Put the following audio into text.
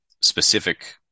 specific